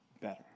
better